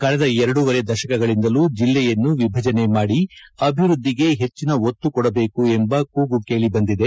ಕಳೆದ ಎರಡೂವರೆ ದಶಕಗಳಿಂದಲೂ ಜಿಲ್ಲೆಯನ್ನು ವಿಭಜನೆ ಮಾಡಿ ಅಭಿವೃದ್ದಿಗೆ ಹೆಚ್ಚಿನ ಒತ್ತು ಕೊಡಬೇಕು ಎಂಬ ಕೂಗು ಕೇಳಿಬಂದಿದೆ